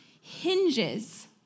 hinges